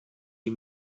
die